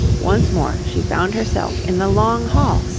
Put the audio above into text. once more she found herself in the long hall,